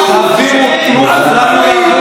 תעבירו את זה כבר.